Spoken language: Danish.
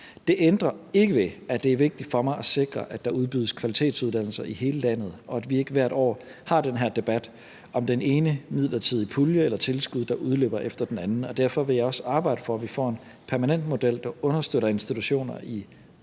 Det ændrer ikke ved, at det er vigtigt for mig at sikre, at der udbydes kvalitetsuddannelser i hele landet, og at vi ikke hvert år har den her debat om den ene midlertidige pulje eller tilskud, der udløber, efter den anden, og derfor vil jeg også arbejde for, at vi får en permanent model, der understøtter institutioner i landdistrikter,